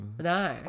No